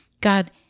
God